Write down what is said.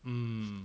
mm